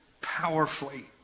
powerfully